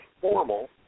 formal